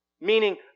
Meaning